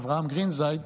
אברהם גרינזייד,